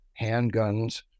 handguns